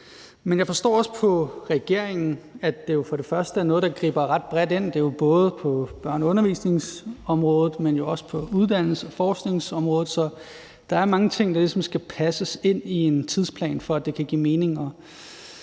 Men jeg forstår også på regeringen, at det er noget, der griber ret bredt ind, altså både på børne- og undervisningsområdet, men jo også på uddannelses- og forskningsområdet. Så der er ligesom mange ting, der skal passes ind i en tidsplan, for at det kan give mening,